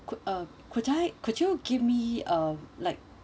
could uh could I could you give me uh like